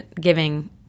giving